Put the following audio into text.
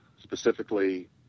specifically